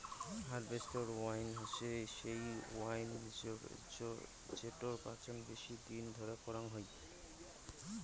harvest wine হসে সেই wine জেটোর পচন বেশি দিন ধরে করাং হই